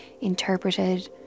interpreted